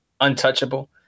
untouchable